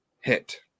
hit